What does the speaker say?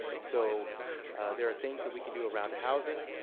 so there are things that we can do around housing.